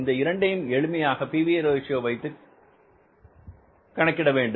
இந்த இரண்டையும் எளிமையாக P V ratio PV Ratio வைத்து வைக்க வேண்டும்